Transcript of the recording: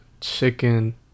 chicken